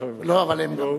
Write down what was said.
יפה.